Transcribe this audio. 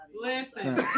Listen